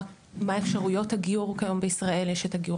מה אפשרויות הגיור כיום בישראל יש את הגיור